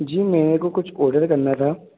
जी मेरे को कुछ ओर्डर करना था